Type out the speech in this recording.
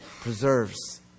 preserves